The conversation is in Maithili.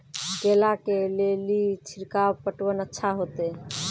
केला के ले ली छिड़काव पटवन अच्छा होते?